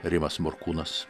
rimas morkūnas